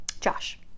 Josh